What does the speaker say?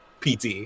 PT